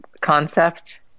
concept